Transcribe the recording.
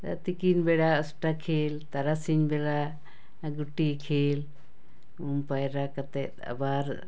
ᱛᱤᱠᱤᱱ ᱵᱮᱲᱟ ᱚᱥᱴᱟ ᱠᱷᱮᱞ ᱛᱟᱨᱟᱥᱤᱧ ᱵᱮᱲᱟ ᱜᱩᱴᱤ ᱠᱷᱮᱞ ᱩᱢ ᱯᱟᱭᱨᱟ ᱠᱟᱛᱮᱫ ᱟᱵᱟᱨ